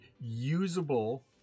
usable